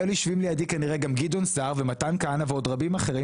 כנראה היו יושבים לידי גם גדעון סער ומתן כהנא ועוד רבים אחרים